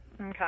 okay